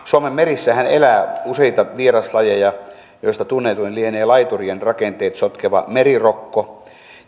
suomen merissähän elää useita vieraslajeja joista tunnetuin lienee laiturien rakenteet sotkeva merirokko muun